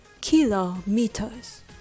kilometers